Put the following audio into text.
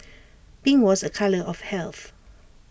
pink was A colour of health